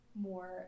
more